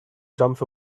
jumps